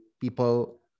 people